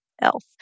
else